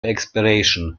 expiration